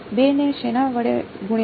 2 ને શેના વડે ગુણ્યા